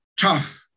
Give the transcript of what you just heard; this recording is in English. tough